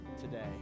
today